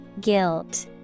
Guilt